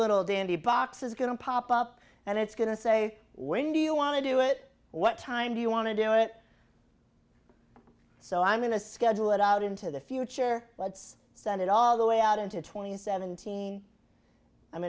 little dandy box is going to pop up and it's going to say when do you want to do it what time do you want to do it so i'm going to schedule it out into the future let's send it all the way out into twenty seventeen i'm